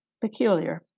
peculiar